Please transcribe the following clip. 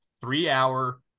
three-hour